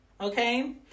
Okay